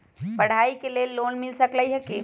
पढाई के लेल लोन मिल सकलई ह की?